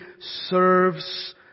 serves